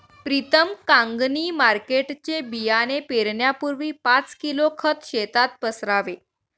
प्रीतम कांगणी मार्केटचे बियाणे पेरण्यापूर्वी पाच किलो खत शेतात पसरावे